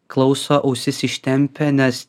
klauso ausis ištempę nes